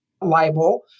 libel